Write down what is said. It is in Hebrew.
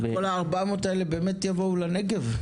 כל ה-400 האלה באמת יבואו לנגב?